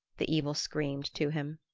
the eagle screamed to him.